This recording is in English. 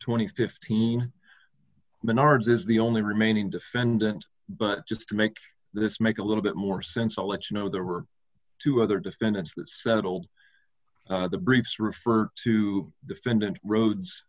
and fifteen the nards is the only remaining defendant but just to make this make a little bit more sense i'll let you know there were two other defendants that settled the briefs referred to defendant roads